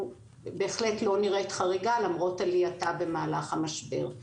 בהחלט לא נראית חריגה למרות עלייתה במהלך המשבר.